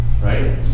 right